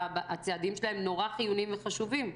הצעדים שלהם נורא חיוניים וחשובים,